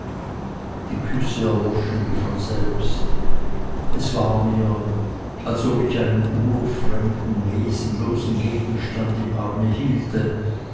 die küsse erloschen wie von selbst es war mir als ob ich einen urfremden wesenlosen gegenstand im arme hielte